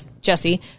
Jesse